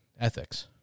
ethics